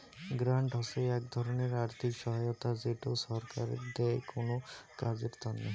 grant হসে এক ধরণের আর্থিক সহায়তা যেটো ছরকার দেয় কোনো কাজের তন্নে